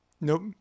nope